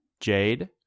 Jade